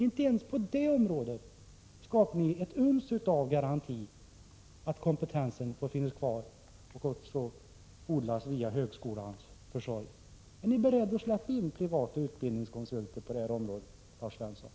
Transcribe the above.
Inte ens på detta område ger ni ett uns av garanti för att kompetensen får finnas kvar och även odlas genom högskolans försorg. Är ni beredda att släppa in privata utbildningskonsulter på det här området, Lars Svensson?